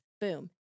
Boom